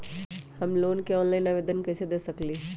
हम लोन के ऑनलाइन आवेदन कईसे दे सकलई ह?